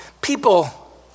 People